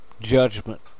judgment